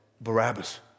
Barabbas